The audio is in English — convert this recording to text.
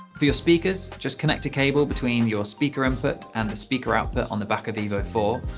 for your speakers, just connect a cable between your speaker input and the speaker output on the back of evo four.